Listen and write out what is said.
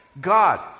God